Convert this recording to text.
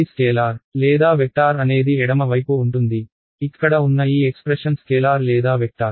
ఇది స్కేలార్ లేదా వెక్టార్ అనేది ఎడమ వైపు ఉంటుంది ఇక్కడ ఉన్న ఈ ఎక్స్ప్రెషన్ స్కేలార్ లేదా వెక్టార్